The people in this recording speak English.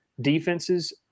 defenses